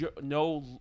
no